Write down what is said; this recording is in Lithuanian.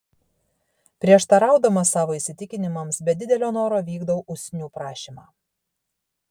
prieštaraudamas savo įsitikinimams be didelio noro vykdau usnių prašymą